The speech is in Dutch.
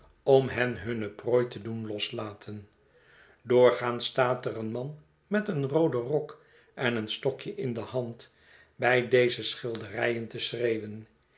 om hen hunne prooi te doen loslaten doorgaans staat er een man met een rooden rok en een stokje in de hand bij deze schilderijen te schreeuwen